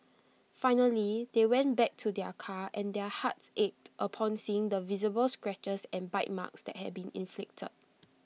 finally they went back to their car and their hearts ached upon seeing the visible scratches and bite marks that had been inflicted